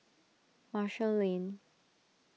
Marshall Lane